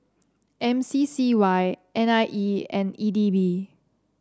M C C Y N I E and E D B